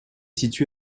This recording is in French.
situé